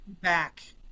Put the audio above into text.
back